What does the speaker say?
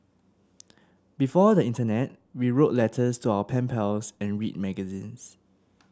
before the internet we wrote letters to our pen pals and read magazines